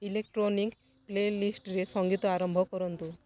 electronic play ଲିଷ୍ଟ୍ରେ ସଙ୍ଗୀତ ଆରମ୍ଭ କରନ୍ତୁ